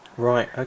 Right